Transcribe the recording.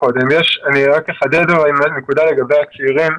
אני אחדד נקודה לגבי הצעירים.